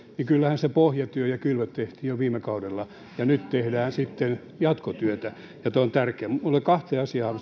niin kyllähän se pohjatyö ja kylvöt tehtiin jo viime kaudella ja nyt tehdään sitten jatkotyötä ja tämä on tärkeää kahteen asiaan